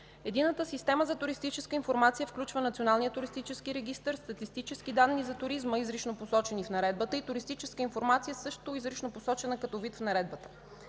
Единната система за туристическа информация включва Националния туристически регистър, статистически данни за туризма, изрично посочени в Наредбата, и туристическа информация, също изрично посочена като вид в Наредбата.